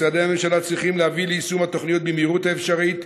משרדי הממשלה צריכים להביא ליישום התוכניות במהירות האפשרית,